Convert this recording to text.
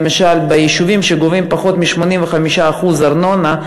למשל ביישובים שגובים פחות מ-85% ארנונה,